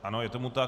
Ano, je tomu tak.